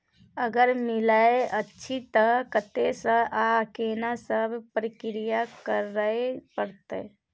अगर मिलय अछि त कत्ते स आ केना सब प्रक्रिया करय परत?